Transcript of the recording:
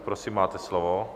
Prosím, máte slovo.